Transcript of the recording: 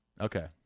Okay